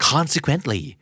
Consequently